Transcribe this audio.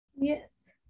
Yes